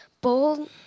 bold